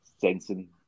sensing